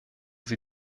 sie